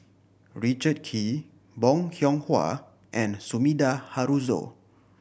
Richard Kee Bong Hiong Hwa and Sumida Haruzo